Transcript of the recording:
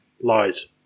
lies